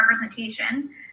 representation